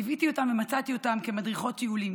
ליוויתי אותן ומצאתי אותן כמדריכות טיולים